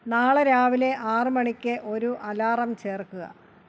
നാളെ രാവിലെ ആറു മണിക്ക് ഒരു അലാറം ചേർക്കുക